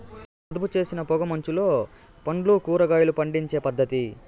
అదుపుచేసిన పొగ మంచులో పండ్లు, కూరగాయలు పండించే పద్ధతి